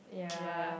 ya